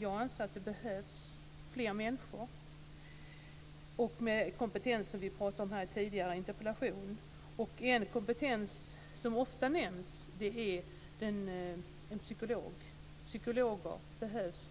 Jag anser att det behövs fler människor och att de ska ha den kompetens vi talade om i samband med en tidigare interpellation. En kompetens som ofta nämns är psykologens. Psykologer behövs.